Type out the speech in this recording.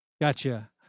gotcha